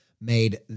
made